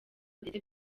ndetse